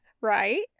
right